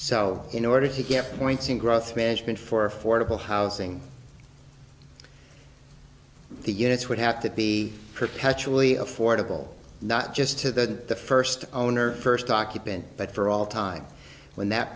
so in order to get points in growth management for affordable housing the units would have to be perpetually affordable not just to the first owner first occupant but for all time when that